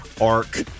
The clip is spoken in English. arc